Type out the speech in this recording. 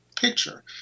picture